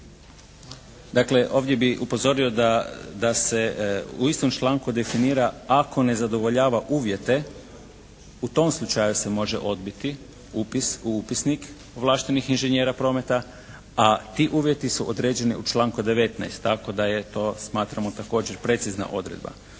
dakle ovdje bi upozorio da se u istom članku definira ako ne zadovoljava uvjete, u tom slučaju se može odbiti upis u Upisnik ovlaštenih inženjera prometa, a ti uvjeti su određeni u članku 19., tako da je to, smatramo također precizna odredba.